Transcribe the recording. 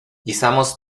izamos